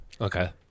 Okay